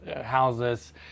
houses